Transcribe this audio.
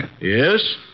Yes